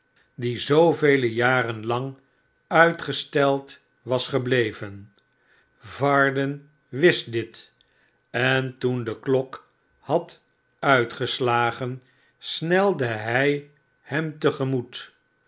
die zoovele jaren lang uitgesteld was gebleven varden wist dit en toen de klok had uitgeslagen snelde hij hem